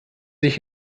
sich